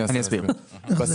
אנחנו,